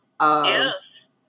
Yes